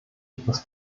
etwas